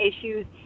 issues